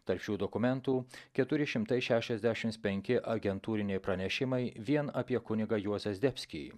tarp šių dokumentų keturi šimtai šešiasdešimt penki agentūriniai pranešimai vien apie kunigą juozą zdebskį